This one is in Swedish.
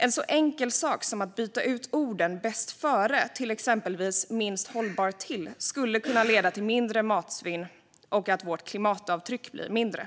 En så enkel sak som att byta ut orden "bäst före" till exempelvis "minst hållbar till" skulle kunna leda till mindre matsvinn och att vårt klimatavtryck blir mindre.